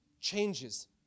changes